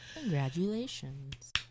Congratulations